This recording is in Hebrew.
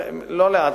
לא לאט,